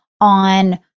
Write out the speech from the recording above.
on